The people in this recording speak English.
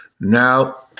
Now